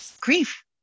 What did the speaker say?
grief